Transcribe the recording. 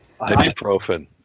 Ibuprofen